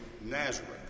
Nazareth